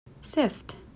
SIFT